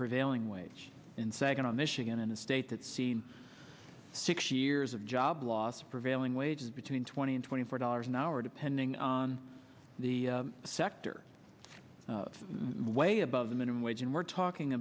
prevailing wage in saginaw michigan in a state that seen six years of job loss prevailing wages between twenty and twenty four dollars an hour depending on the sector whaley above the minimum wage and we're talking